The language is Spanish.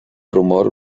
rumor